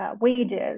wages